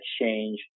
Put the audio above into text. exchange